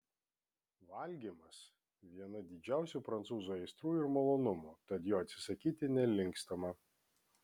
valgymas viena didžiausių prancūzų aistrų ir malonumų tad jo atsisakyti nelinkstama